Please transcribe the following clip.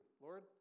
Lord